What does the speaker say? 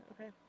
okay